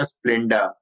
Splenda